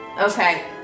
Okay